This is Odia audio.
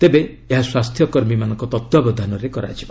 ତେବେ ଏହା ସ୍ୱାସ୍ଥ୍ୟକର୍ମୀମାନଙ୍କ ତତ୍ତ୍ୱାବଧାନରେ କରାଯିବ